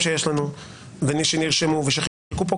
אני אומר לך שבכנסת ישראל --- אני קורא אותך לסדר.